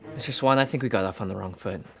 mr. swan, i think we got off on the wrong foot.